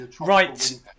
Right